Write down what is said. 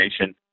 Nation